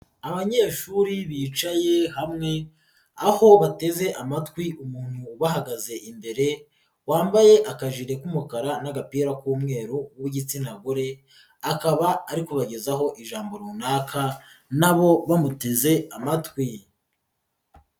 Abanyeshuri bicaye hamwe aho bateze amatwi umuntu bahagaze imbere wambaye akajipo k'umukara n'agapira k'umweru w'igitsina gore, akaba ari kubagezaho ijambo runaka na bo bamuteze amatwi.